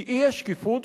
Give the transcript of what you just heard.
כי האי-שקיפות,